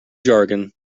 jargon